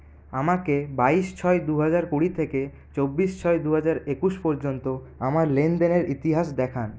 আমাকে বাইশ ছয় দু হাজার কুড়ি থেকে চব্বিশ ছয় দু হাজার একুশ পর্যন্ত আমার লেনদেনের ইতিহাস দেখান